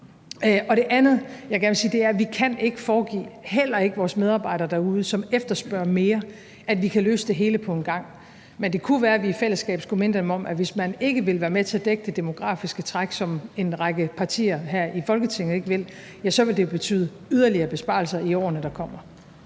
Det andet, jeg gerne vil sige, er, at vi ikke kan foregive, heller ikke over for vores medarbejdere derude, som efterspørger mere, at vi kan løse det hele på én gang. Men det kunne være, vi i fællesskab skulle minde dem om, at hvis man ikke vil være med til at dække det demografiske træk, hvad en række partier her i Folketinget ikke vil, så vil det betyde yderligere besparelser i årene, der kommer.